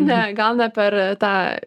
ne gal ne per tą